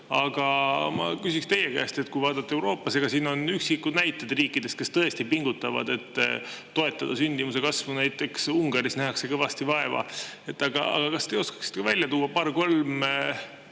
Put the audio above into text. Aga ma küsiksin teie käest [järgmist]. Kui vaadata Euroopat, siis on siin üksikud näited riikidest, kes tõesti pingutavad, et toetada sündimuse kasvu. Näiteks Ungaris nähakse kõvasti vaeva. Kas te oskaksite välja tuua paar-kolm